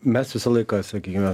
mes visą laiką sakykime